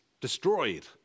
destroyed